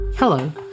Hello